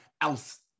else